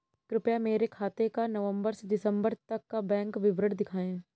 कृपया मेरे खाते का नवम्बर से दिसम्बर तक का बैंक विवरण दिखाएं?